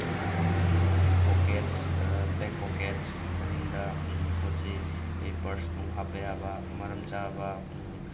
pockets back pockets ꯃꯅꯤꯡꯗ ꯄꯣꯠ ꯆꯩ ꯑꯩꯈꯣꯏꯒꯤ ꯄꯔꯁ ꯅꯨꯡ ꯍꯥꯞꯄ ꯌꯥꯕ ꯃꯔꯝ ꯆꯥꯕ